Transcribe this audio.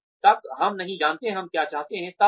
जब तक हम नहीं जानते हम क्या चाहते हैं